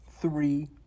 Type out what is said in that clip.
three